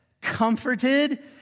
comforted